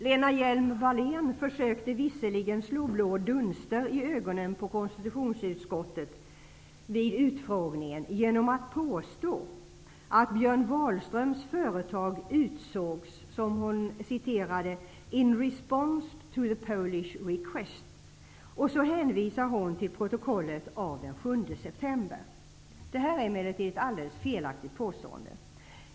Lena Hjelm-Wallén försökte visserligen vid utfrågningen slå blå dunster i ögonen på konstitutionsutskottet genom att påstå att Björn Wahlströms företag utsågs, som hon citerade det, ''in respons to the Polish request'', varvid hon hänvisar till protokollet av den 7 september. Det är emellertid ett alldeles felaktigt påstående.